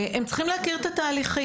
הם צריכים להכיר את התהליכים,